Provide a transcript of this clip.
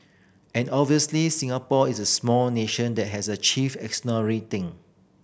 and obviously Singapore is a small nation that has achieved thing